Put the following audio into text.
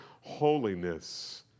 holiness